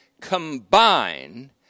combine